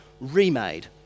remade